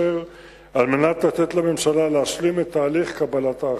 על מנת לתת לממשלה להשלים את תהליך קבלת ההחלטות.